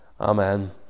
Amen